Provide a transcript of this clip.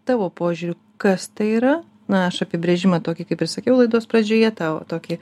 tavo požiūriu kas tai yra na aš apibrėžimą tokį kaip ir sakiau laidos pradžioje tą tokį